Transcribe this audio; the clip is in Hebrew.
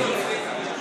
יקרים, תהיה נציג,